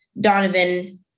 Donovan